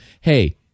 hey